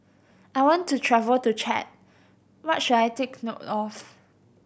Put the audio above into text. I want to travel to Chad what should I take note of